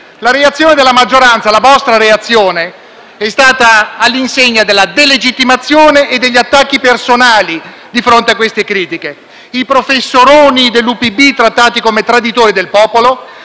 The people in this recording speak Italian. La reazione della maggioranza, la vostra reazione, è stata all'insegna della delegittimazione e degli attacchi personali di fronte a queste critiche. I professoroni dell'Ufficio parlamentare di bilancio